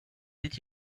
did